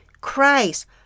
Christ